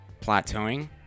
Plateauing